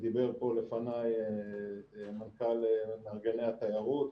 דיבר פה לפניי מנכ"ל מארגני התיירות.